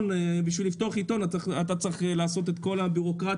בשביל לפתוח עיתון אתה צריך לעבור את כל הבירוקרטיה,